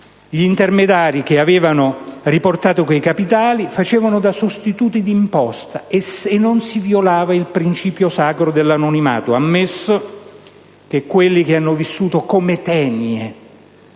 gli intermediari che avevano riportato quei capitali possono fare da sostituti d'imposta e non si sarebbe violato il principio sacro dell'anonimato, ammesso che quelli che hanno vissuto come tenie